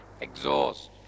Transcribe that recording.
exhaust